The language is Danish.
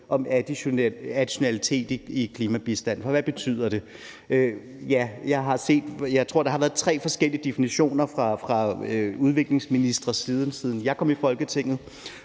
som additionalitet i klimabistand. For hvad betyder det? Ja, jeg tror, der har været tre forskellige definitioner fra udviklingsministre, siden jeg kom i Folketinget,